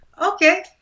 Okay